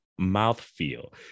mouthfeel